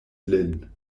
lin